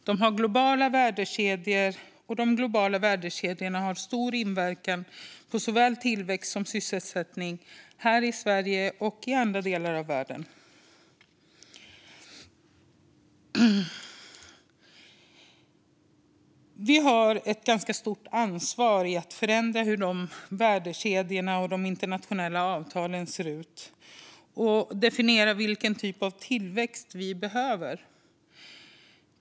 De ingår i globala värdekedjor, och de globala värdekedjorna har stor inverkan på såväl tillväxt som sysselsättning här i Sverige och i andra delar av världen. Vi har ett ganska stort ansvar att förändra hur dessa värdekedjor och internationella avtal ser ut och att definiera vilken typ av tillväxt vi behöver.